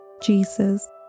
Jesus